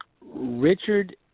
Richard